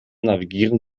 navigieren